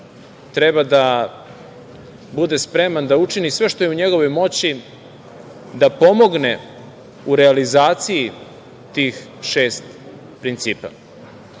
treba da bude spreman da učini sve što je u njegovoj moći da pomogne u realizaciji tih šest principa,